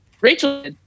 Rachel